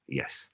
yes